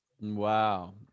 Wow